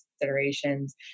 considerations